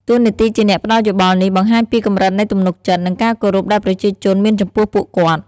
តួនាទីជាអ្នកផ្ដល់យោបល់នេះ បង្ហាញពីកម្រិតនៃទំនុកចិត្ត និងការគោរពដែលប្រជាជនមានចំពោះពួកគាត់។